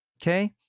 Okay